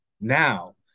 now